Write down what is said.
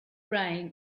rain